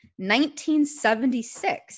1976